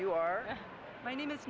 you are my name is